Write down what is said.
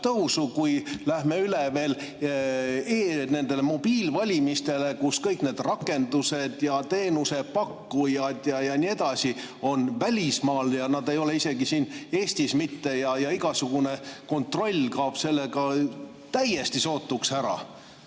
tõusu, kui me lähme veel üle nendele mobiiliga valimistele, kus kõik need rakendused ja teenusepakkujad ja nii edasi on välismaal ja nad ei ole isegi siin Eestis mitte ja igasugune kontroll kaob sellega sootuks ära?